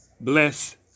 bless